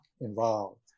involved